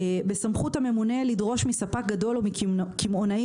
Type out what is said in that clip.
בסמכות הממונה לדרוש מספק גדול ומקמעונאי